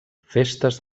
festes